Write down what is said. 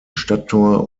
stadttor